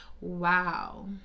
Wow